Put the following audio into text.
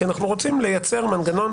כי אנחנו רוצים לייצר מנגנון